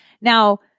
Now